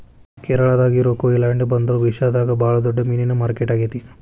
ಕೇರಳಾದಾಗ ಇರೋ ಕೊಯಿಲಾಂಡಿ ಬಂದರು ಏಷ್ಯಾದಾಗ ಬಾಳ ದೊಡ್ಡ ಮೇನಿನ ಮಾರ್ಕೆಟ್ ಆಗೇತಿ